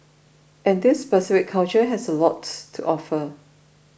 and this specific culture has a lots to offer